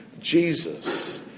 Jesus